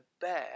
bear